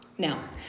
Now